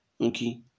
okay